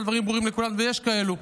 אני חושב שהדברים ברורים לכולם, ויש כאלו,